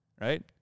right